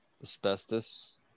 Asbestos